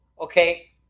Okay